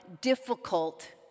difficult